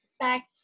back